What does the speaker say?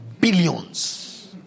billions